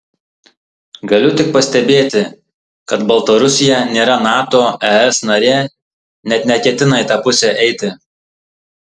galiu tik pastebėti kad baltarusija nėra nato es narė net neketina į tą pusę eiti